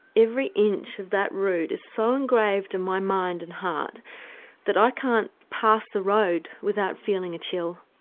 every inch of that route is so engraved in my mind and heart that i can't pass the road without feeling a chill.